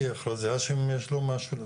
ואחרי זה האשם יש לו משהו.